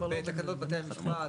בתקנות בתי המשפט.